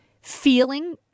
feeling